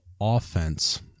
offense